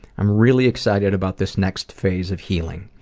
i'm really excited about this next phase of healing.